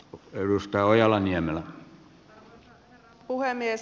arvoisa herra puhemies